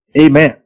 Amen